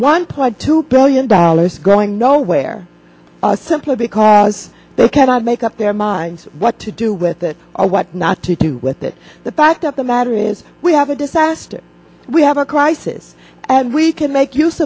pledged to billion dollars going nowhere simply because they cannot make up their minds what to do with it or what not to do with it the fact of the matter is we have a disaster we have a crisis and we can make use